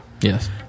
Yes